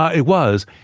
ah it was.